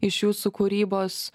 iš jūsų kūrybos